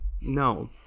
No